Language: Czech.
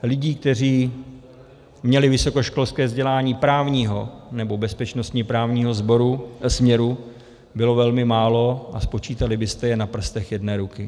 Lidí, kteří měli vysokoškolské vzdělání právního nebo bezpečnostně právního směru, bylo velmi málo a spočítali byste je na prstech jedné ruky.